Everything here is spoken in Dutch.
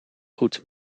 goed